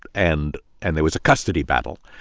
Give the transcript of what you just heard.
and and there was a custody battle.